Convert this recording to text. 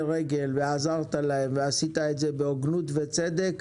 רגל ועזרת להם ועשית את זה בהוגנות וצדק,